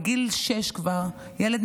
בגיל שש ילד כבר מסתכל,